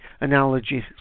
analogy